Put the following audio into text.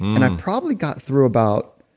and i probably got through about